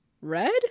red